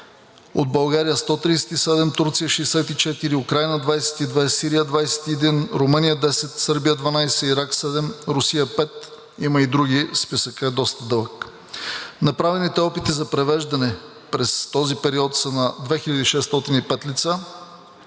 от България – 137, от Турция – 64, Украйна – 22, Сирия – 21, Румъния – 10, Сърбия – 12, Ирак – 7, Русия – 5. Има и други, списъкът е доста дълъг. Направените опити за превеждане през този период са 2605 лица: